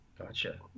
Gotcha